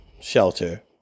shelter